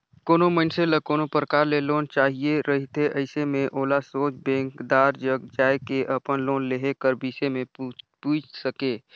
कोनो मइनसे ल कोनो परकार ले लोन चाहिए रहथे अइसे में ओला सोझ बेंकदार जग जाए के अपन लोन लेहे कर बिसे में पूइछ सके